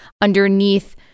underneath